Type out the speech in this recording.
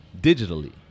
digitally